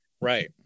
right